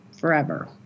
forever